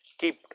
Keep